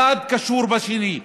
אחד קשור בשני: